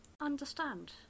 understand